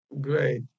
Great